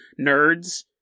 nerds